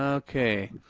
ah okay.